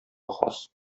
хас